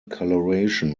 coloration